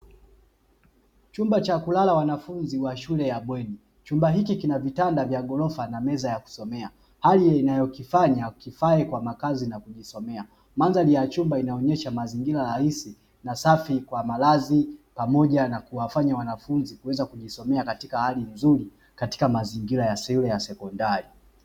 Chumba cha kulala wanafunzi wa shule ya bweni, chumba hiki kina vitanda vya ghorofa na meza ya kusoma, hali inayokifanya kifae kwa makazi na kujisomea, mandhari ya chumba inaonyesha mazingira rahisi na safi kwa malazi, pamoja na kuwafanya wanafunzi kuweza kujisomea katika hali nzuri katika mazingira yasio ya sekondari.